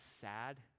sad